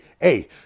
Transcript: Hey